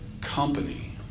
company